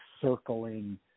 circling